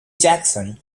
jackson